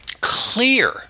clear